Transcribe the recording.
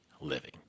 living